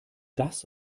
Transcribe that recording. das